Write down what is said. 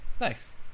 nice